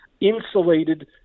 insulated